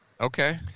okay